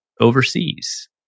overseas